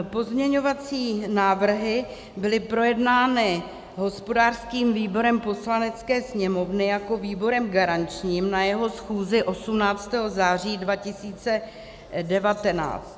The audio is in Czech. Pozměňovací návrhy byly projednány hospodářským výborem Poslanecké sněmovny jako výborem garančním na jeho schůzi 18. září 2019.